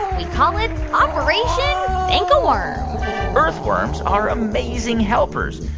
we call it operation thank a worm earthworms are amazing helpers.